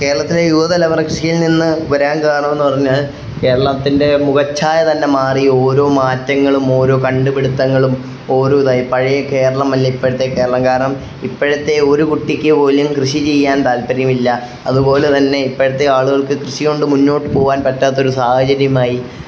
കേരളത്തിലെ യുവതലമുറ കൃഷിയിൽ നിന്ന് വരാൻ കാരണമെന്ന് പറഞ്ഞാല് കേരളത്തിൻ്റെ മുഖഛായ തന്നെ മാറി ഓരോ മാറ്റങ്ങളും ഓരോ കണ്ടുപിടുത്തങ്ങളും ഓരോ ഇതായി പഴയ കേരളമല്ല ഇപ്പഴത്തെ കേരളം കാരണം ഇപ്പഴത്തെ ഒരു കുട്ടിക്ക് പോലും കൃഷി ചെയ്യാൻ താല്പര്യമില്ല അതുപോലെ തന്നെ ഇപ്പഴത്തെ ആളുകൾക്ക് കൃഷി കൊണ്ട് മുന്നോട്ട് പോവാൻ പറ്റാത്തൊരു സാഹചര്യമായി